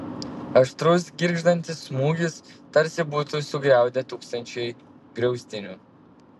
aštrus girgždantis smūgis tarsi būtų sugriaudę tūkstančiai griaustinių